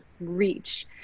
reach